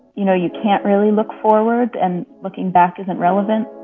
you know, you can't really look forward and looking back isn't relevant.